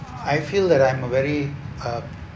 I feel that I'm a very uh